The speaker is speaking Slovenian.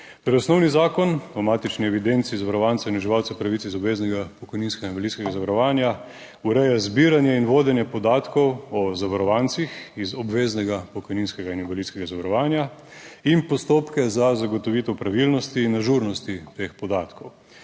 Osnovni zakon o matični evidenci zavarovancev in uživalcev pravic iz obveznega pokojninskega in invalidskega zavarovanja ureja zbiranje in vodenje podatkov o zavarovancih iz obveznega pokojninskega in invalidskega zavarovanja in postopke za zagotovitev pravilnosti in ažurnosti teh podatkov.